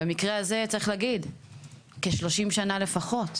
במקרה הזה צריך להגיד כ-30 שנה לפחות.